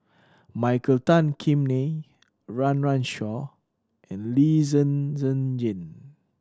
Michael Tan Kim Nei Run Run Shaw and Lee Zhen Zhen Jane